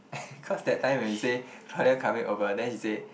cause that time when you say Claudia coming over then she say